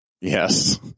Yes